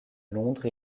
londres